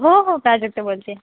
हो हो प्राजक्ता बोलते आहे